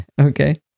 Okay